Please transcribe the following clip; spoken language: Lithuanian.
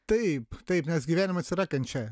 taip taip nes gyvenimas yra kančia